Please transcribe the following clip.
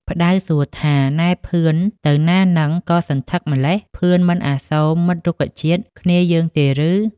ផ្ដៅសួរថា នែភឿនទៅណាហ្នឹងក៏សន្ធឹកម្ល៉េះ ភឿនមិនអាសូរមិត្តរុក្ខជាតិគ្នាយើងទេឬ ?។